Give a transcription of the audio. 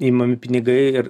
imami pinigai ir